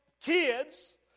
kids